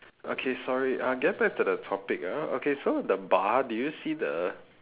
okay sorry I get back to the topic uh okay so the bar did you see the